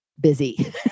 busy